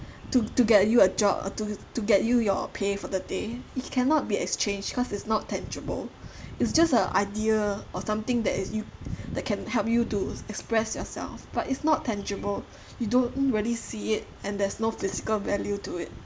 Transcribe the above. to to get you a job to to get you your pay for the day it cannot be exchanged cause it's not tangible it's just a idea or something that is that can help you to express yourself but it's not tangible you don't really see it and there's no physical value to it